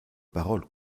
parole